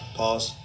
pause